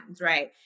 right